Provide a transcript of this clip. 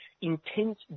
intense